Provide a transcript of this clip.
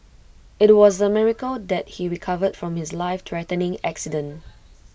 IT was A miracle that he recovered from his lifethreatening accident